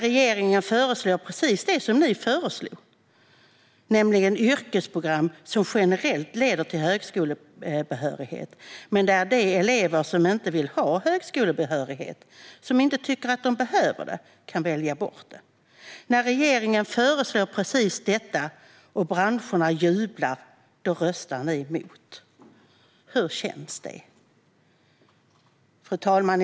Regeringen föreslår precis det som ni föreslog, nämligen yrkesprogram som generellt leder till högskolebehörighet men där de elever som inte vill ha högskolebehörighet, som inte tycker att de behöver det, kan välja bort det. När regeringen föreslår precis detta och branscherna jublar röstar ni emot. Hur känns det? Fru talman!